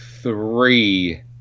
three